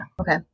Okay